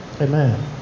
Amen